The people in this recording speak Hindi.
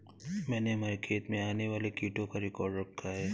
मैंने हमारे खेत में आने वाले कीटों का रिकॉर्ड रखा है